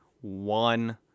one